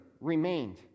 remained